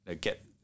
get